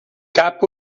cap